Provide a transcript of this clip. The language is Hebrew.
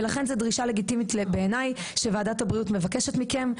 ולכן בעייני זאת דרישה לגיטימית שוועדת הבריאות מבקשת מכם.